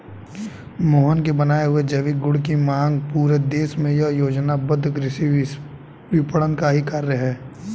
मोहन के बनाए हुए जैविक गुड की मांग पूरे देश में यह योजनाबद्ध कृषि विपणन का ही कार्य है